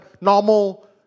normal